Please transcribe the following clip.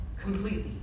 completely